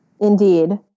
indeed